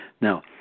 Now